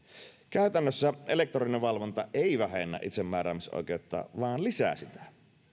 käytännössä elektroninen valvonta ei vähennä itsemääräämisoikeutta vaan lisää sitä